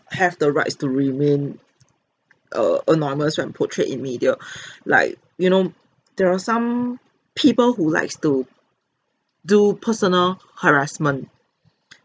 have the rights to remain err anonymous when portrayed in media like you know there are some people who likes to do personal harassment